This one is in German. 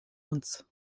uns